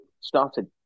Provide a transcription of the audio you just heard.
started